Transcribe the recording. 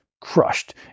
crushed